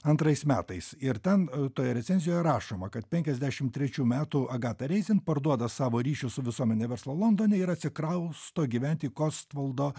antrais metais ir ten toje recenzijoje rašoma kad penkiasdešimt trečių metų agata reisen parduoda savo ryšius su visuomene verslo londone ir atsikrausto gyventi į kostvaldo